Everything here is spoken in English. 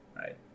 Right